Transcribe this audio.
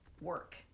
work